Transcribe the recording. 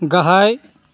गाहाय